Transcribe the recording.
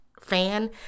fan